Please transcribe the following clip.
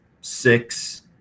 six